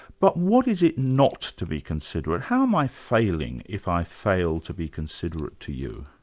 but what is it not to be considerate? how am i failing if i fail to be considerate to you?